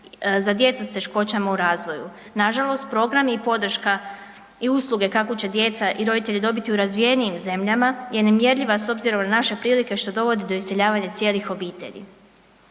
za djecu sa teškoćama u razvoju. Nažalost, programi i podrška i usluge kakve će djeca i roditelji dobiti u razvijenim zemljama je nemjerljiva s obzirom na naše prilike što dovodi do iseljavanja cijelih obitelji.